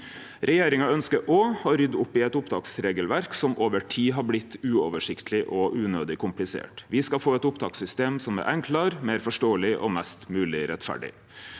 Regjeringa ønskjer òg å rydde opp i eit opptaksregelverk som over tid har blitt uoversiktleg og unødig komplisert. Me skal få eit opptakssystem som er enklare, meir forståeleg og mest mogleg rettferdig.